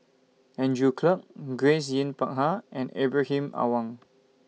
Andrew Clarke Grace Yin Peck Ha and Ibrahim Awang